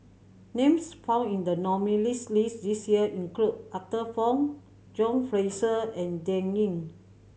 names found in the nominees' list this year include Arthur Fong John Fraser and Dan Ying